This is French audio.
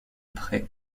près